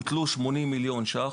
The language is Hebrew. הוטלו עיצומים בסך 80 מיליון ש"ח.